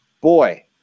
boy